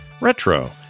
retro